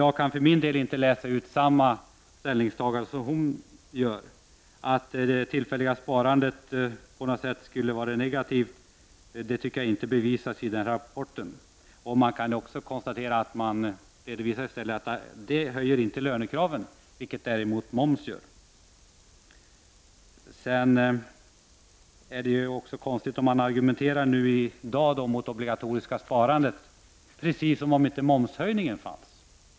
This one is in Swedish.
Jag kan för min del inte läsa ut samma ställningstagande som hon gör. Att det tillfälliga sparandet på något sätt skulle vara negativt, tycker jag inte bevisas i den rapporten. I stället redovisas där att det inte höjer lönekraven, vilket däremot moms gör. Det är också konstigt att man i dag argumenterar mot det obligatoriska sparandet precis som om inte förslaget om momshöjning fanns.